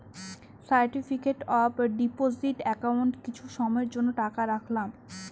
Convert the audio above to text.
certificate of deposit একাউন্টে কিছু সময়ের জন্য টাকা রাখলাম